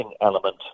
element